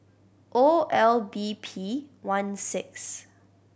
O L B P one six